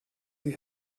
sie